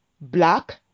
black